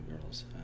Girls